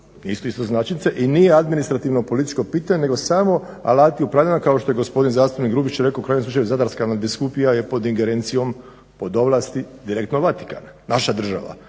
nisu istoznačnice i nije administrativno političko pitanje nego samo alati upravljanja kao što je zastupnik Grubišić rekao u krajnjem slučaju Zadarska nadbiskupija je pod ingerencijom pod ovlasti direktno Vatikana, naša država,